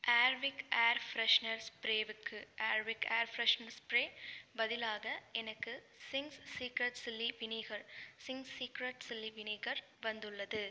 Airwick air freshener ஸ்ப்ரேவுக்கு Airwick air freshener spray பதிலாக எனக்கு Ching's secret chilli vinegar Ching's secret chilli vinegar வந்துள்ளது